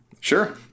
Sure